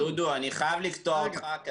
רגע, דודו, אני חייב לקטוע אותך.